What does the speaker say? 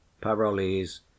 Parolles